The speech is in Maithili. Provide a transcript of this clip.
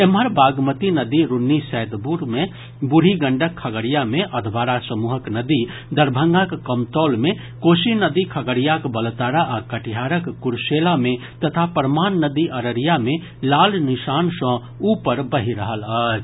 एम्हर बागमती नदी रून्नी सैदपुर मे बुढ़ी गंडक खगडिया मे अधवारा समूहक नदी दरभंगाक कमतौल मे कोसी नदी खगडियाक बलतारा आ कटिहारक कुर्सेला मे तथा परमान नदी अररिया मे लाल निशान सँ ऊपर बहि रहल अछि